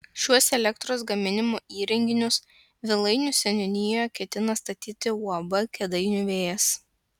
šiuos elektros gaminimo įrenginius vilainių seniūnijoje ketina statyti uab kėdainių vėjas